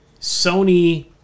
Sony